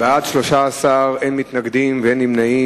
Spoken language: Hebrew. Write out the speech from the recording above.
בעד, 13, אין מתנגדים ואין נמנעים.